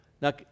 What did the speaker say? Now